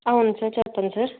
అవున్ సార్ చెప్పండి సార్